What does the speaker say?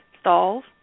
stalls